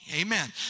Amen